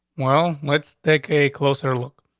well, let's take a closer look.